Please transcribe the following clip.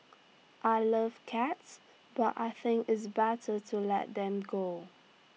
I love cats but I think it's better to let them go